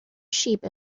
sheep